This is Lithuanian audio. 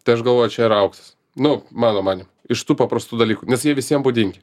tai aš galvoju čia yra auksas nu mano manymu iš tų paprastų dalykų nes jie visiem būdingi